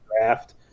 draft